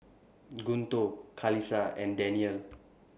Guntur Qalisha and Daniel